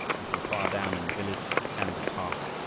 and from far down in the village the sounds of harsh,